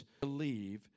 believe